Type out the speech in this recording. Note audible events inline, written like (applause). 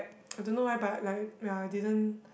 (noise) I don't know eh but like ya I didn't